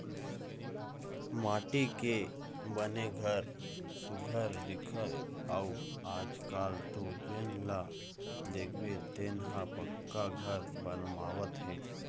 माटी के बने घर सुग्घर दिखय अउ आजकाल तो जेन ल देखबे तेन ह पक्का घर बनवावत हे